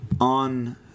on